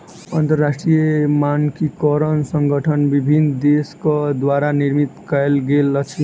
अंतरराष्ट्रीय मानकीकरण संगठन विभिन्न देसक द्वारा निर्मित कयल गेल अछि